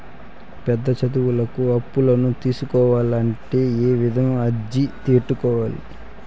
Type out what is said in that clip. పెద్ద చదువులకు అప్పులను తీసుకోవాలంటే ఏ విధంగా అర్జీ పెట్టుకోవాలి?